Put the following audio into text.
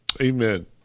Amen